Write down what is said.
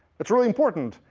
it's really important.